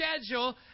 schedule